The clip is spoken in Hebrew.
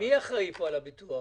מי אחראי כאן על הביטוח?